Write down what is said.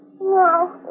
No